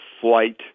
flight